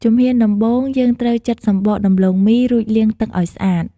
ជំហានដំបូង យើងត្រូវចិតសំបកដំឡូងមី រួចលាងទឹកឱ្យស្អាត។